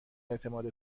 اعتماد